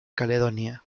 caledonia